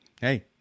hey